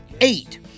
eight